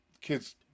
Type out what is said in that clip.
Kids